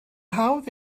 hawdd